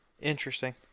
Interesting